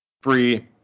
free